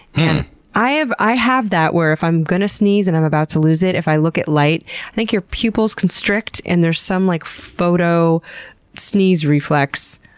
and i have i have that where if i'm going to sneeze and i'm about to lose it, if i look at light, i think your pupils constrict and there's some like photo-sneeze reflex.